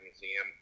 museum